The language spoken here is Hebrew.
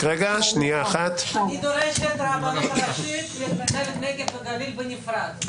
אני דורשת רבנות ראשית לנגב וגליל בנפרד.